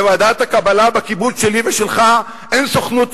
בוועדת הקבלה בקיבוץ שלי ושלך אין סוכנות יהודית.